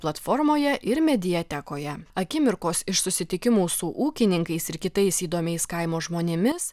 platformoje ir mediatekoje akimirkos iš susitikimų su ūkininkais ir kitais įdomiais kaimo žmonėmis